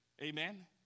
Amen